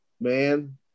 man